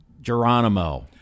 Geronimo